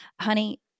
honey